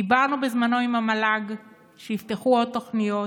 דיברנו בזמנו עם המל"ג שיפתחו עוד תוכניות,